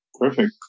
Perfect